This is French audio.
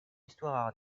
histoire